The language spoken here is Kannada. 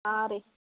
ಹಾಂ ರೀ